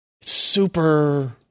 super